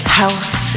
house